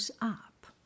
up